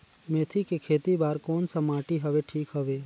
मेथी के खेती बार कोन सा माटी हवे ठीक हवे?